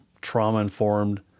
trauma-informed